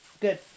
Good